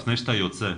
לפני שאתה יוצא,